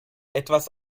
etwas